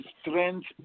strength